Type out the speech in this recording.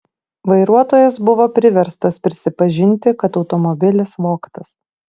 vairuotojas buvo priverstas prisipažinti kad automobilis vogtas